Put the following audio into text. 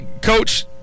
Coach